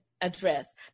address